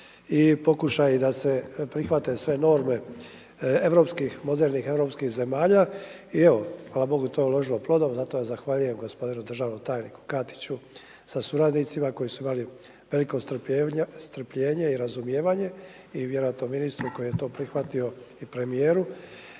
i pokušaji da se prihvate sve norme europskih modernih europskih zemalja. I evo hvala Bogu, to je urodilo plodom, zato zahvaljujem gospodinu državnom tajniku Katiću sa suradnicima koji su imali veliko strpljenje i razumijevanje i vjerojatno ministru koji je to prihvatio i premijeru,